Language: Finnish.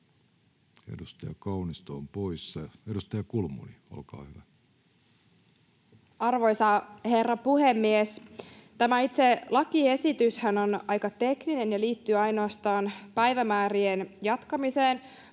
Edustaja Kulmuni, olkaa hyvä. Arvoisa herra puhemies! Tämä itse lakiesityshän on aika tekninen ja liittyy ainoastaan päivämäärien jatkamiseen.